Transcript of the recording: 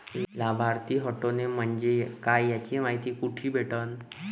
लाभार्थी हटोने म्हंजे काय याची मायती कुठी भेटन?